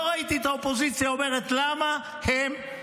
לא ראיתי את האופוזיציה אומרת: למה הם,